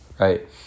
Right